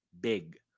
big